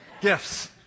gifts